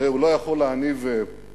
הוא לא יכול להניב פירות.